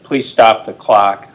please stop the clock